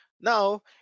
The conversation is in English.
now